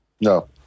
No